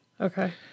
Okay